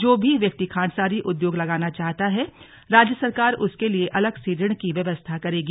जो भी व्यक्ति खांडसारी उद्योग लगाना चाहता है राज्य सरकार उसके लिये अलग से ऋण की व्यवस्था करेगी